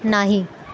नाही